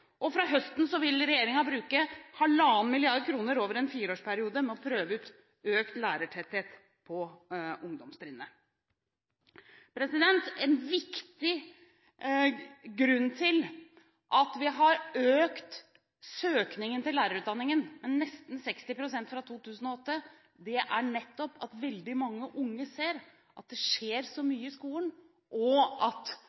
og fra høsten vil regjeringen bruke halvannen milliard kroner over en fireårsperiode på å prøve ut økt lærertetthet på ungdomstrinnet. En viktig grunn til at vi har økt søkningen til lærerutdanningen med nesten 60 pst. fra 2008, er nettopp at veldig mange unge ser at det skjer så mye i skolen, og at